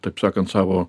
taip sakant savo